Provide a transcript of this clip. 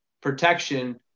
protection